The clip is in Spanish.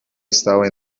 estaba